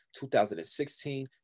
2016